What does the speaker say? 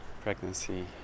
pregnancy